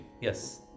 Yes